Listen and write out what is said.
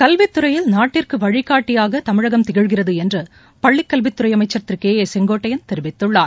கல்வித்துறையில் நாட்டிற்குவழினாட்டியாகதமிழகம் திகழ்கிறதுஎன்றுபள்ளிகல்வித்துறைஅமைச்சா் திருகே ஏ செங்கோட்டையன் தெரிவித்துள்ளார்